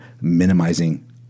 minimizing